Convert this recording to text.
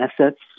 assets